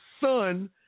son